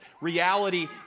reality